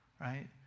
right